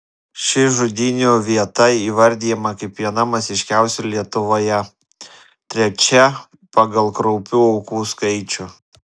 ši žudynių vieta įvardijama kaip viena masiškiausių lietuvoje trečia pagal kraupių aukų skaičių